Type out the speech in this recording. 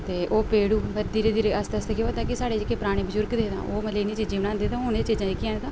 ते ओह् भेडु धीरे धीरे आस्ता आस्ता केह् होआ दा कि साढ़े जेह्ड़े पराने बजुर्ग हे ते ओह् मतलव इनें चीजे बनांदे हे ते हून एह् चीजां जेह्कियां तां